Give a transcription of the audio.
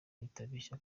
itabeshya